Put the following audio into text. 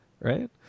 right